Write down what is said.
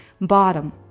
bottom